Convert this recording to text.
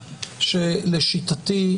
שלשיטתי,